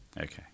Okay